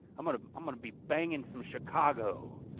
i'm gonna um i'm gonna be bangin' some chicago.